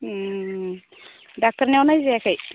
डक्ट'रनियाव नायजायाखै